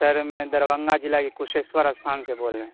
سر میں دربھنگہ ضلع کے کسیشور استھان سے بول رہے ہیں